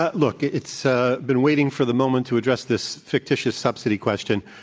ah look, it's ah been waiting for the moment to address this fictitious subsidy question,